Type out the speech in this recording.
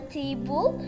table